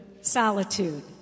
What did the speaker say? solitude